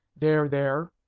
there, there!